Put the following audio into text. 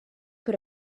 put